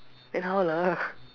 then how lah